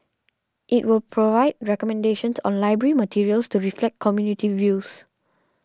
it will provide recommendations on library materials to reflect community views